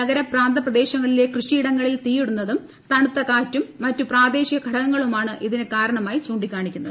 നഗരപ്രാന്തപ്രദേശങ്ങളിലെ കൃഷിയിടങ്ങളിൽ തീയിടുന്നതും തണുത്ത കാറ്റും മറ്റു പ്രാദേശിക ഘടകങ്ങളുമാണ് ഇതിനു കാരണമായി ചൂണ്ടിക്കാണിക്കുന്നത്